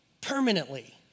permanently